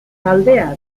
taldea